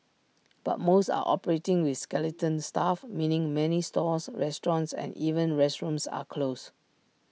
but most are operating with skeleton staff meaning many stores restaurants and even restrooms are closed